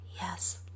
yes